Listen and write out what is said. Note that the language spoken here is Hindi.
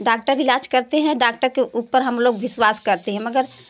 डाक्टर इलाज़ करते है डाक्टर को ऊपर हम लोग विश्वास करते हैं मगर